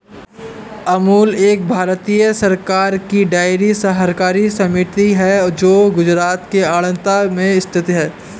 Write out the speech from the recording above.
अमूल एक भारतीय सरकार की डेयरी सहकारी समिति है जो गुजरात के आणंद में स्थित है